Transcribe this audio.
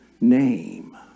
name